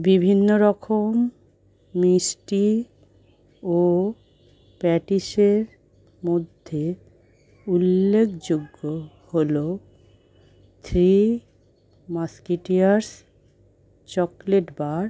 বিভিন্ন রকম মিষ্টি ও প্যাটিসের মধ্যে উল্লেখযোগ্য হলো থ্রি মাস্কেটিয়ার্স চকলেট বার